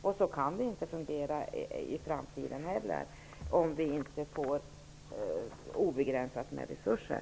Och så kan det inte fungera i framtiden heller, såvida vi inte får obegränsade resurser.